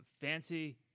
fancy